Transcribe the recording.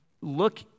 look